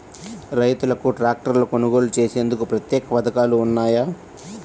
రైతులకు ట్రాక్టర్లు కొనుగోలు చేసేందుకు ప్రత్యేక పథకాలు ఉన్నాయా?